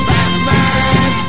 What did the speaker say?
Batman